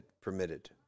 permitted